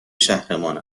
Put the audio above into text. شهرمان